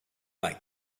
like